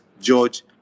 George